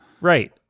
Right